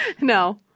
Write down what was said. No